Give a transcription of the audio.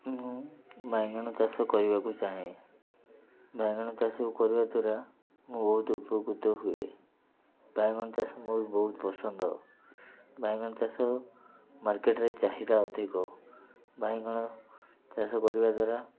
ମୁଁ ବାଇଗଣ ଚାଷ କରିବାକୁ ଚାହେଁ ବାଇଗଣ ଚାଷ କରିବା ଦ୍ୱାରା ମୁଁ ବହୁତ ଉପକୃତ ହୁଏ ବାଇଗଣ ଚାଷ ମୋର ବହୁତ ପସନ୍ଦ ବାଇଗଣ ଚାଷ ମାର୍କେଟରେ ଚାହିଦା ଅଧିକ ବାଇଗଣ ଚାଷ କରିବା ଦ୍ୱାରା